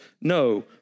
no